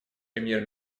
премьер